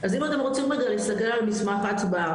אז אם אתם רוצים רגע להסתכל על מסמך ההצבעה,